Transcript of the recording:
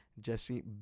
Jesse